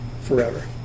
forever